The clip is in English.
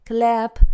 Clap